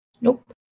Nope